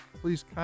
please